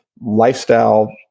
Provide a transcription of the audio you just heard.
lifestyle